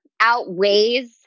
outweighs